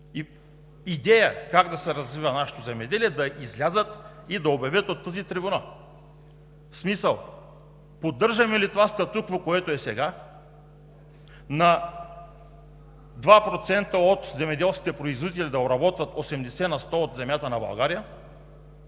идея как да се развива нашето земеделие, да излязат и да обявят от тази трибуна, в смисъл – поддържаме ли това статукво, което е сега, 2% от земеделските производители да обработват 80 на сто от земята на България;